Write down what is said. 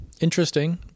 Interesting